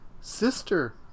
Sister